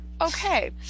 Okay